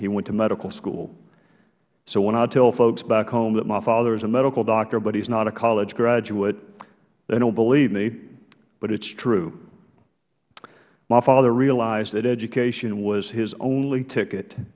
he went to medical school so when i tell folks back home that my father is a medical doctor but he is not a college graduate they don't believe me but it is true my father realized that education was his only ticket